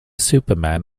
superman